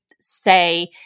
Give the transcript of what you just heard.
say